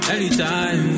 Anytime